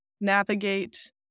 navigate